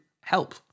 help